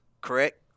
correct